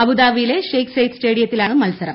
അബുദാബിയിലെ Sheikh Zayed സ്റ്റേഡിയത്തിലാണ് മത്സരം